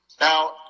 Now